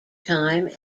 time